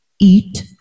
eat